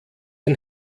ein